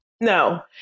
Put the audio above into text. No